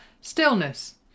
Stillness